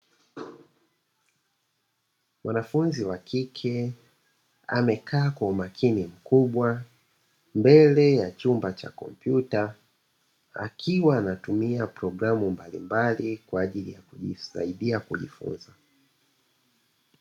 Mwanafunzi wakike amekaa kwa umakini mkubwa mbele ya chumba cha kompyuta, akiwa anatumia programu mbalimbali kwaajili ya kujisaidia kujifunza.